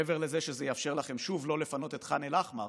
מעבר לזה שזה יאפשר לכם שוב לא לפנות את ח'אן אל-אחמר